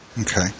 Okay